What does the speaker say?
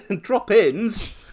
Drop-ins